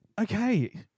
Okay